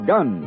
Gun